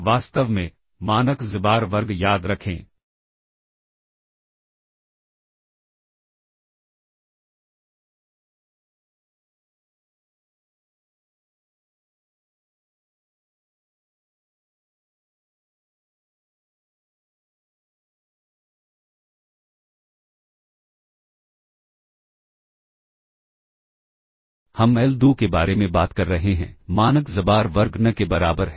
वास्तव में मानक xbar वर्ग याद रखें हम l2 के बारे में बात कर रहे हैं मानक xbar वर्ग n के बराबर है